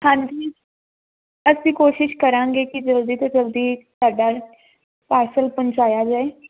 ਹਾਂਜੀ ਅਸੀਂ ਕੋਸ਼ਿਸ਼ ਕਰਾਂਗੇ ਕੀ ਜਲਦੀ ਤੋਂ ਜਲਦੀ ਸਾਡਾ ਪਾਰਸਲ ਪਹੁੰਚਾਇਆ ਜਾਏ